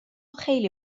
خیلی